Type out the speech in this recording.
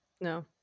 no